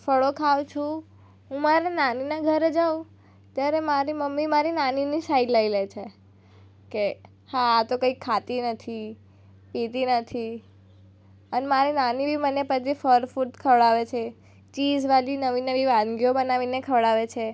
ફળો ખાઉં છું હું મારી નાનીના ઘરે જાઉં ત્યારે મારી મમ્મી મારી નાનીની સાઈડ લઈ લે છે કે હા આતો કંઈ ખાતી નથી પીતી નથી અને મારી નાની બી મને પછી ફળ ફૂટ ખવડાવે છે ચીઝવાળી નવી નવી વાનગીઓ બનાવીને ખવડાવે છે